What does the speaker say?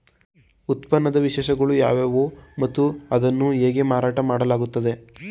ಉತ್ಪನ್ನದ ವಿಶೇಷತೆಗಳು ಯಾವುವು ಮತ್ತು ಅದನ್ನು ಹೇಗೆ ಮಾರಾಟ ಮಾಡಲಾಗುತ್ತದೆ?